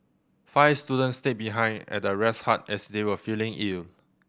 five students stayed behind at the rest hut as they were feeling ill